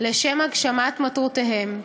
לשם הגשמת מטרותיהם,